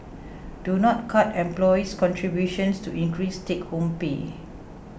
do not cut employee's contributions to increase take home pay